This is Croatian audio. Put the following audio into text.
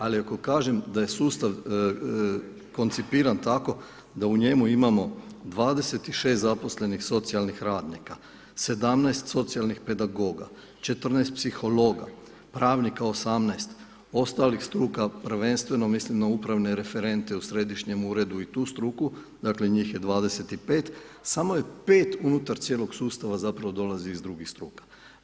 Ali ako kažem da je sustav koncipiran tako da u njemu imamo 26 zaposlenih socijalnih radnika, 17 socijalnih pedagoga 14 psihologa, pravnika 18, ostalih struka, prvenstveno mislim na upravne referente u središnjem uredu i tu struku, dakle njih je 25, samo je 5 unutar cijelog sustava zapravo dolazi iz drugih struka.